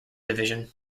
division